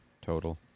total